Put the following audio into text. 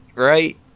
right